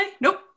Nope